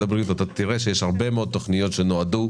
הבריאות תראה שיש הרבה מאוד תוכניות שנועדו